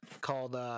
called –